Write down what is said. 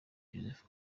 joseph